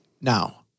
Now